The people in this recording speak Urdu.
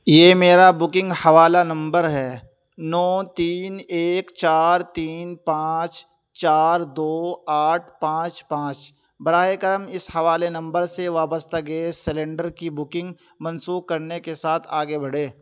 یہ میرا بکنگ حوالہ نمبر ہے نو تین ایک چار تین پانچ چار دو آٹھ پانچ پانچ براہ کرم اس حوالے نمبر سے وابستہ گیس سلنڈر کی بکنگ منسوخ کرنے کے ساتھ آگے بڑھیں